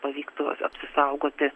pavyktų apsisaugoti